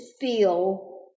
feel